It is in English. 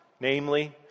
Namely